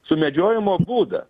sumedžiojimo būdą